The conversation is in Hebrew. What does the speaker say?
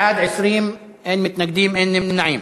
בעד, 20, אין מתנגדים, אין נמנעים.